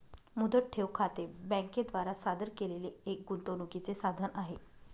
मुदत ठेव खाते बँके द्वारा सादर केलेले एक गुंतवणूकीचे साधन आहे